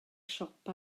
siop